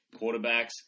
quarterbacks